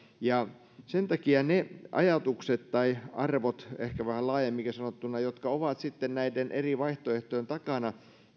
sen takia ne ajatukset tai arvot ehkä vähän laajemminkin sanottuna jotka ovat sitten näiden eri vaihtoehtojen takana